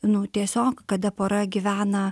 nu tiesiog kada pora gyvena